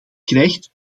krijgt